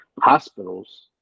hospitals